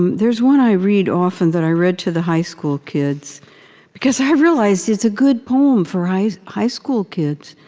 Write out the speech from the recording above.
and there's one i read often that i read to the high school kids because i realized it's a good poem for high school kids.